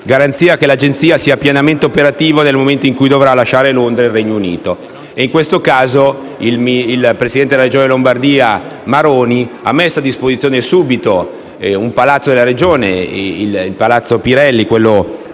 garanzia che l'agenzia sia pienamente operativa nel momento in cui dovrà lasciare Londra e il Regno Unito. Per questo, il Presidente della Regione Lombardia, Maroni, ha messo subito a disposizione un palazzo della Regione, il palazzo Pirelli, proprio